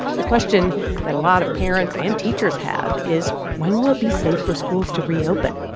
the question that a lot of parents and teachers have is, when will it be safe for schools to reopen?